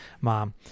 mom